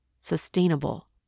sustainable